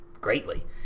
greatly